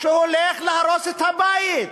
שהולך להרוס את הבית.